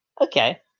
Okay